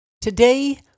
Today